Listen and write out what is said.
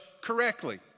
correctly